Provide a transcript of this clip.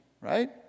Right